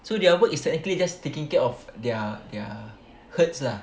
so their work is technically just taking care of their their herds lah